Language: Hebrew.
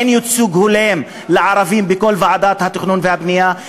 אין ייצוג הולם לערבים בכל ועדות התכנון והבנייה,